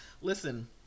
Listen